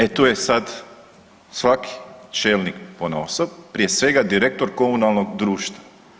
E tu je sad svaki čelnik ponaosob, prije svega direktor komunalnog društva.